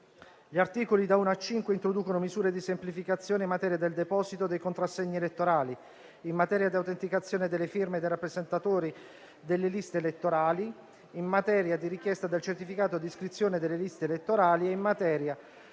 Gli articoli da 1 a 5 introducono misure di semplificazione in materia di deposito dei contrassegni elettorali, in materia di autenticazione delle firme dei presentatori delle liste elettorali, in materia di richiesta del certificato di iscrizione nelle liste elettorali, in materia